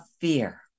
fear